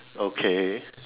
okay